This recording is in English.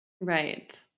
right